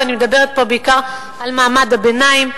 ואני מדברת פה בעיקר על מעמד הביניים.